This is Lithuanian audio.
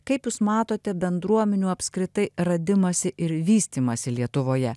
kaip jūs matote bendruomenių apskritai radimąsi ir vystymąsi lietuvoje